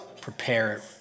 prepare